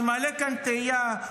אני מעלה כאן תהייה,